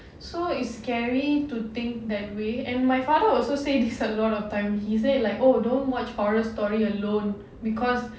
so it's scary to think that way and my father also say this a lot of time he said like oh don't watch horror story alone because